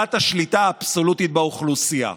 והגברת השליטה האבסולוטית באוכלוסייה.